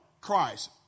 Christ